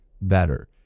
better